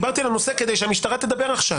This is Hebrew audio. דיברתי על הנושא כדי שהמשטרה תדבר עליו.